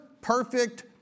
perfect